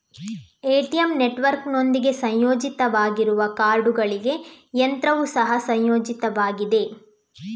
ATM ನೆಟ್ವರ್ಕಿನೊಂದಿಗೆ ಸಂಯೋಜಿತವಾಗಿರುವ ಕಾರ್ಡುಗಳಿಗೆ ಯಂತ್ರವು ಸಹ ಸಂಯೋಜಿತವಾಗಿದೆ